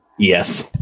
yes